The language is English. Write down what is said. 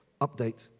Update